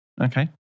Okay